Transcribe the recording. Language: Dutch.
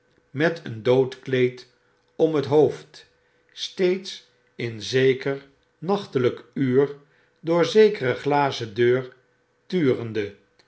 met een doodkleed om het hoofd steeds in zeker nachteljjk uur door zekere glazen deur turende